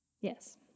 Yes